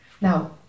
Now